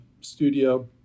studio